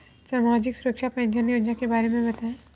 सामाजिक सुरक्षा पेंशन योजना के बारे में बताएँ?